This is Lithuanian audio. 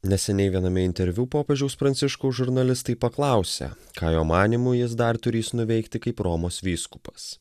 neseniai viename interviu popiežiaus pranciškaus žurnalistai paklausė ką jo manymu jis dar turys nuveikti kaip romos vyskupas